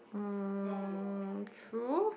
true